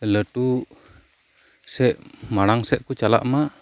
ᱞᱟᱹᱴᱩ ᱥᱮ ᱢᱟᱲᱟᱝ ᱥᱮᱫ ᱠᱚ ᱪᱟᱞᱟᱜ ᱢᱟ